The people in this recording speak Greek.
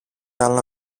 άλλα